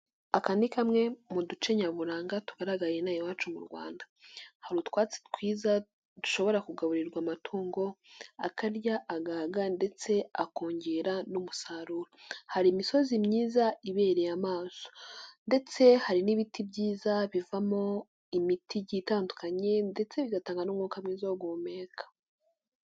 Aka ni kamwe mu duce nyaburanga tugaragaye ni iwacu mu Rwanda, hari utwatsi twiza dushobora kugaburirwa amatungo akarya agahaga ndetse akongera n'umusaruro, hari imisozi myiza ibereye amaso ndetse hari n'ibiti byiza bivamo imiti igiye itandukanye ndetse bigatanga n'umwuka mwiza wo guhumeka.